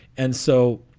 and so